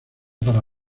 para